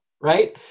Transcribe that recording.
Right